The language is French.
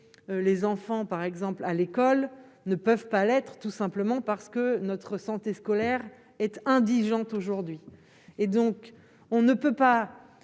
les enfants par exemple à l'école ne peuvent pas l'être, tout simplement parce que notre santé scolaire être indigente aujourd'hui et donc on ne peut pas